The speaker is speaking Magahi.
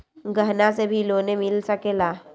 गहना से भी लोने मिल सकेला?